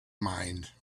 mind